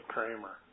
Kramer